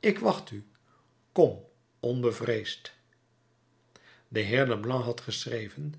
ik wacht u kom onbevreesd de heer leblanc had geschreven